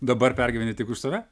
dabar pergyveni tik už save